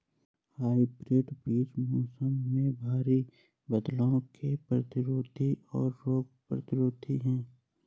hybrid बीज मौसम में भारी बदलाव के प्रतिरोधी और रोग प्रतिरोधी हैं